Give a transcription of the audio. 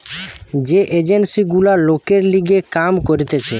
যে এজেন্সি গুলা লোকের লিগে কাম করতিছে